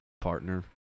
partner